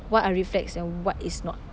what are red flags and what is not